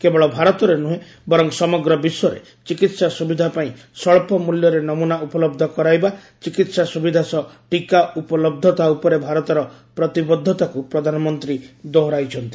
କେବଳ ଭାରତରେ ନୁହେଁ ବରଂ ସମଗ୍ର ବିଶ୍ୱରେ ଚିକିତ୍ସା ସୁବିଧା ପାଇଁ ସ୍ୱଚ୍ଚ ମୂଲ୍ୟରେ ନମୁନା ଉପଲବ୍ଧ କରାଇବା ଚିକିତ୍ସା ସୁବିଧା ସହ ଟୀକା ଉବଲହ୍ଧତା ଉପରେ ଭାରତର ପ୍ରତିବଦ୍ଧତାକୁ ପ୍ରଧାନମନ୍ତ୍ରୀ ଦୋହରାଇଛନ୍ତି